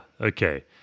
okay